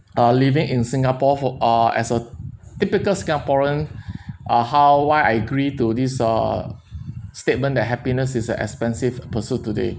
uh living in singapore for uh as a typical singaporean uh how why I agree to this err statement that happiness is an expensive pursuit today